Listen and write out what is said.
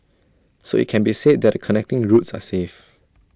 so IT can be said that the connecting routes are safe